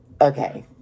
okay